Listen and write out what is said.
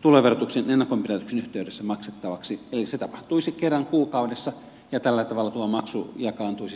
tuloverotuksen ennakonpidätyksen yhteydessä maksettavaksi eli se tapahtuisi kerran kuukaudessa ja tällä tavalla tuo maksu jakaantuisi tasaisesti ympäri vuoden